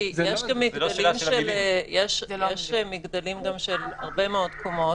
כי יש גם מגדלים של הרבה מאוד קומות,